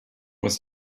must